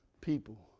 people